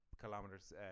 kilometers